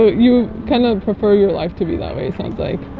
you kind of prefer your life to be that way, sounds like?